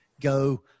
go